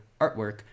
artwork